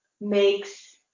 makes